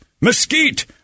mesquite